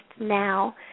now